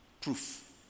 proof